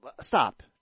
stop